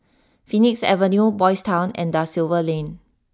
Phoenix Avenue Boys' Town and Da Silva Lane